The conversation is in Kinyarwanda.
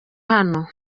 hano